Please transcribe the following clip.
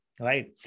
right